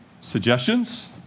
suggestions